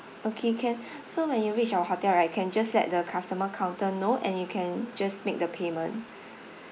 okay can so when you reach our hotel right can just let the customer counter know and you can just make the payment